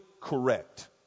correct